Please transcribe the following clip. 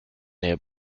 near